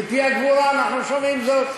מפי הגבורה אנחנו שומעים זאת.